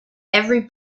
every